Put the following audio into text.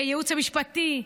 והייעוץ המשפטי,